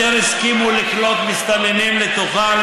הסכימו לקלוט מסתננים לתוכן,